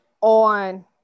on